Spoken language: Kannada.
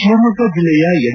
ಶಿವಮೊಗ್ಗ ಜಿಲ್ಲೆಯ ಎನ್